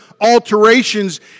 alterations